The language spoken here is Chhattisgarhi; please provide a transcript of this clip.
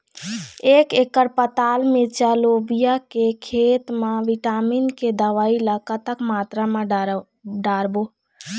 एक एकड़ पताल मिरचा लोबिया के खेत मा विटामिन के दवई ला कतक मात्रा म डारबो?